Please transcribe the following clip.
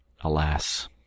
Alas